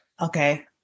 Okay